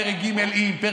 פרק ג' עם,